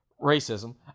racism